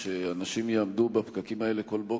שאנשים יעמדו בפקקים האלה כל בוקר,